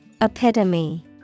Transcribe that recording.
Epitome